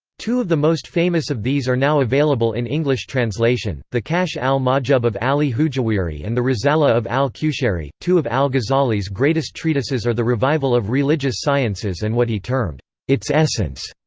two of the most famous of these are now available in english translation the kashf al-mahjub of ali hujwiri and the risala of al-qushayri two of al-ghazali's greatest treatises are the revival of religious sciences and what he termed its essence,